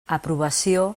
aprovació